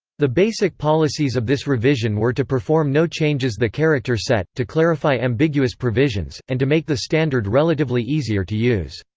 the basic policies of this revision were to perform no changes the character set, to clarify ambiguous provisions, and to make the standard relatively easier to use.